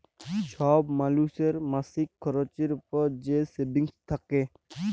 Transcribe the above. ছব মালুসের মাসিক খরচের পর যে সেভিংস থ্যাকে